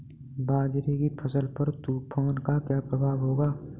बाजरे की फसल पर तूफान का क्या प्रभाव होगा?